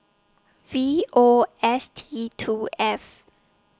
V O S T two F